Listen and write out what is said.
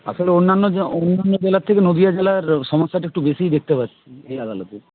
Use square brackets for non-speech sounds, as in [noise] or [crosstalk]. আসলে অন্যান্য [unintelligible] অন্যান্য জেলার থেকে নদীয়া জেলার সমস্যাটা একটু বেশিই দেখতে পাচ্ছি এই আদালতে